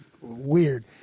weird